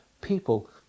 people